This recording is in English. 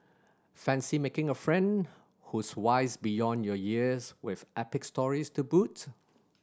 fancy making a friend who's wise beyond your years with epic stories to boot